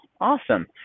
awesome